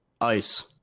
ice